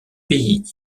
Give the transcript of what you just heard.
pays